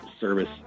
service